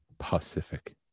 pacific